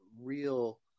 real